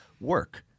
work